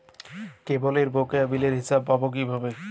কেবলের বকেয়া বিলের হিসাব পাব কিভাবে?